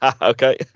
okay